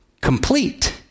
complete